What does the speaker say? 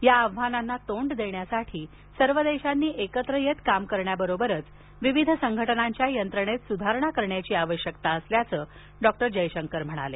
या आव्हानांना तोंड देण्यासाठी सर्व देशांनी एकत्र येत काम करण्याबरोबरच विविध संघटनांच्या यंत्रणेत सुधारणा करण्याची आवश्यकता असल्याचं डॉ एस जयशंकर म्हणाले